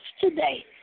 today